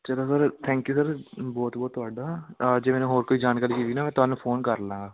ਚਲੋ sir thank you sir ਬਹੁਤ ਬਹੁਤ ਤੁਹਾਡਾ ਜੇ ਮੈਨੂੰ ਹੋਰ ਕੋਈ ਜਾਣਕਾਰੀ ਚਾਹੀਦੀ ਨਾ ਮੈਂ ਤੁਹਾਨੂੰ ਫੋਨ ਕਰ ਲਾਂਗਾ